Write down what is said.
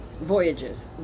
Voyages